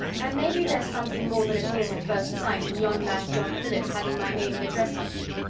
and maybe there's something more than appears at first sight in yon man john phillips having my name and address on him.